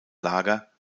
lager